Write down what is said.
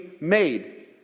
made